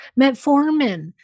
metformin